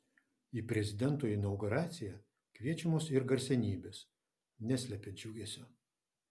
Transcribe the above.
į prezidento inauguraciją kviečiamos ir garsenybės neslepia džiugesio